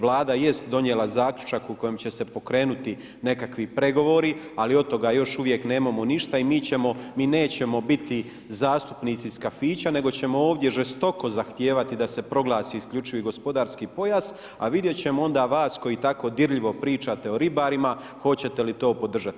Vlada jest donijela zaključak u kojem će se pokrenuti nekakvi pregovori, ali od toga još uvijek nemamo ništa i mi nećemo biti zastupnici iz kafića nego ćemo ovdje žestoko zahtijevati da se proglasi isključivi gospodarski pojas, a vidjet ćemo onda vas koji tako dirljivo pričate o ribarima hoćete li to podržati.